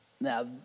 Now